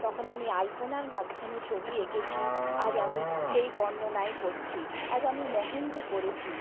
তখন আমি আলপনার মাধ্যমে ছবি এঁকেছি আজ আমি সেই বর্ণনাই করছি আজ আমি মেহেন্দি করেছি